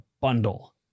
bundle